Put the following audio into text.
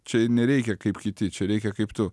čia nereikia kaip kiti čia reikia kaip tu